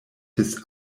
his